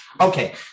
Okay